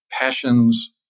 passions